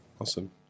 awesome